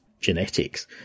genetics